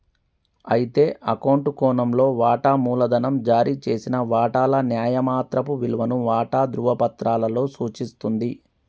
అయితే అకౌంట్ కోణంలో వాటా మూలధనం జారీ చేసిన వాటాల న్యాయమాత్రపు విలువను వాటా ధ్రువపత్రాలలో సూచిస్తుంది